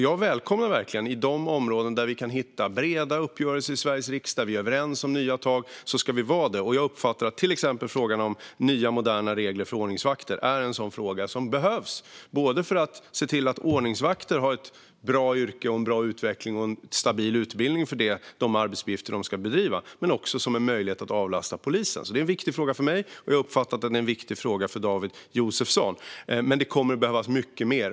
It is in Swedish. Jag välkomnar verkligen att vi på de områden där vi kan hittar breda uppgörelser i Sveriges riksdag och är överens om nya tag. Jag uppfattar att till exempel nya, moderna regler för ordningsvakter är något som behövs, både för att se till att ordningsvakter har ett bra yrke, en bra utveckling och en stabil utbildning för de arbetsuppgifter de ska utföra och för att ge möjlighet att avlasta polisen. Detta är alltså en viktig fråga för mig, och jag uppfattar att den är viktig även för David Josefsson. Men det kommer att behövas mycket mer.